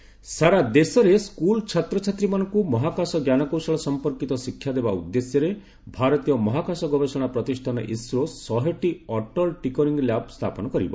ISRO ସାରା ଦେଶରେ school ଛାତ୍ରଛାତ୍ରୀମାନଙ୍କୁ ମହାକାଶ ଞ୍ଜାନକୌଶଳ ସଂପର୍କିତ ଶିକ୍ଷା ଦେବା ଉଦ୍ଦେଶ୍ୟରେ ଭାରତୀୟ ମହାକାଶ ଗବେଷଣା ପ୍ରତିଷ୍ଠାନ ଇସ୍ରୋ ଶହେଟି ଅଟଳ ଟିଙ୍କରିଙ୍ଗ୍ ଲ୍ୟାବ୍ ସ୍ଥାପନ କରିବ